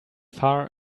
far